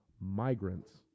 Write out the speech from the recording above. migrants